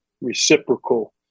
reciprocal